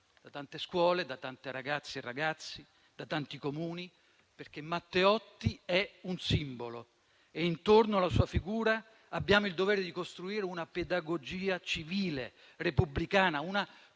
da tante scuole, da tante ragazze e ragazzi, da tanti Comuni, perché Matteotti è un simbolo e intorno alla sua figura abbiamo il dovere di costruire una pedagogia civile repubblicana,